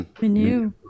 menu